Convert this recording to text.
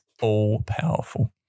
All-powerful